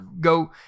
go